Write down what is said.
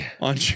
on